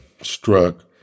struck